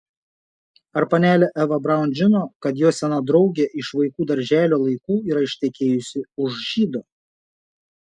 ar panelė eva braun žino kad jos sena draugė iš vaikų darželio laikų yra ištekėjusi už žydo